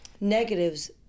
negatives